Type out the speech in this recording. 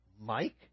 Mike